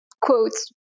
quotes